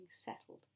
settled